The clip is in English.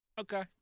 Okay